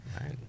right